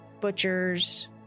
butchers